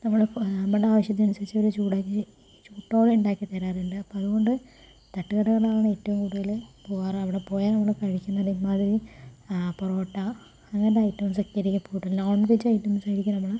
നമ്മള് ഇപ്പോൾ നമ്മളുടെ ആവശ്യത്തിനനുസരിച്ച് അവര് ചൂടാക്കി ചൂടോടെ ഉണ്ടാക്കി തരാറുണ്ട് അപ്പോൾ അതുകൊണ്ട് തട്ടുകടകളാണ് ഏറ്റവും കൂടുതലൽ പോവാറ് അവിടെ പോയാൽ നമ്മള് കഴിക്കുന്നത് ഇമ്മാതിരി ആ പൊറോട്ട അങ്ങനെയുള്ള ഐറ്റംസ് ഒക്കെയായിരിക്കും ഇപ്പോൾ നോൺവെജ് ഐറ്റംസായിരിക്കും നമ്മൾ